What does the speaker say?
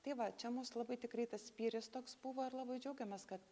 tai va čia mus labai tikrai tas spyris toks buvo ir labai džiaugiamės kad